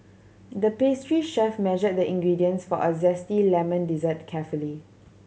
the pastry chef measured the ingredients for a zesty lemon dessert carefully